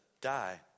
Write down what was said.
die